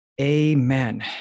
Amen